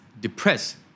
depressed